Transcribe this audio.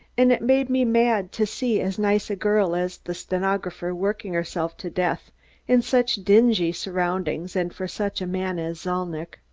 and it made me mad to see as nice a girl as the stenographer working herself to death in such dingy surroundings and for such a man as zalnitch.